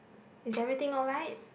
is everything alright